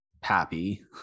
Pappy